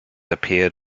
appeared